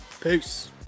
Peace